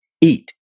eat